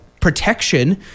protection